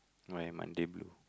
my Monday blue